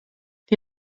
die